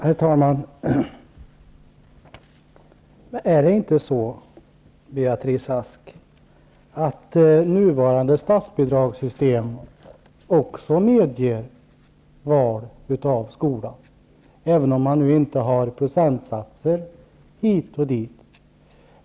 Herr talman! Är det inte så, Beatrice Ask, att nuvarande statsbidragssystem också medger val av skola, även om man inte har procentsatser hit och dit?